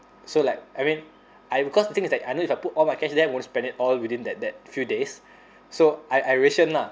so like I mean I because the thing is that I know if I put all my cash there I'm gonna spend it all within that that few days so I I ration lah